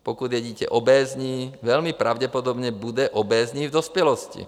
Pokud je dítě obézní, velmi pravděpodobně bude obézní i v dospělosti.